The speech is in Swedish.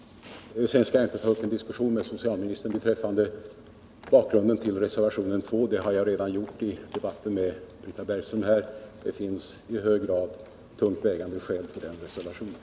Jag skall inte ta upp någon diskussion med socialministern beträffande bakgrunden till reservationen 2. Jag har redan redovisat detta i debatten med Britta Bergström. Det finns i högsta grad tungt vägande skäl för den reservationen.